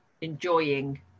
enjoying